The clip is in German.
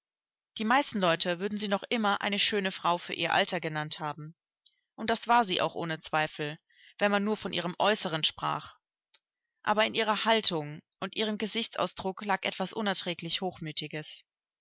die meisten leute würden sie noch immer eine schöne frau für ihr alter genannt haben und das war sie auch ohne zweifel wenn man nur von ihrem äußeren sprach aber in ihrer haltung und ihrem gesichtsausdruck lag etwas unerträglich hochmütiges